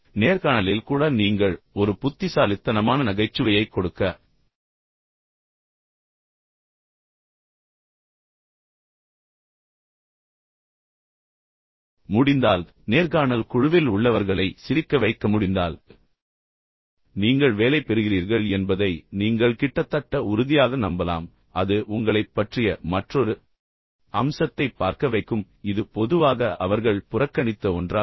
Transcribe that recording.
உண்மையில் நேர்காணலில் கூட நீங்கள் புத்திசாலித்தனத்தைப் பயன்படுத்த முடிந்தால் நீங்கள் ஒரு புத்திசாலித்தனமான நகைச்சுவையைக் கொடுக்க முடிந்தால் நேர்காணல் குழுவில் உள்ளவர்களை சிரிக்க வைக்க முடிந்தால் எனவே நீங்கள் வேலை பெறுகிறீர்கள் என்பதை நீங்கள் கிட்டத்தட்ட உறுதியாக நம்பலாம் ஏனென்றால் அது உங்களைப் பற்றிய மற்றொரு அம்சத்தைப் பார்க்க வைக்கும் இது பொதுவாக அவர்கள் புறக்கணித்த ஒன்றாகும்